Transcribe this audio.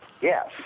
yes